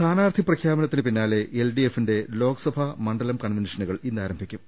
സ്ഥാനാർഥി പ്രഖ്യാപനത്തിന് പിന്നാലെ എൽഡിഎഫിന്റെ ലോക്സഭാ മണ്ഡലം കൺവെൻഷനുകൾ ഇന്നാരംഭിക്കും